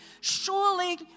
Surely